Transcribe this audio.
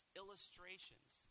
illustrations